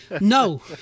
No